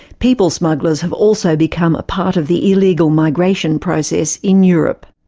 people smugglers have also become a part of the illegal migration process in europe.